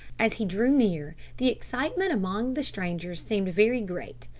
as he drew near the excitement among the strangers seemed very great,